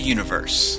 Universe